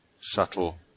subtle